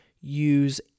use